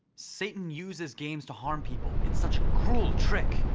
satan uses games to harm people. it's such a cruel trick!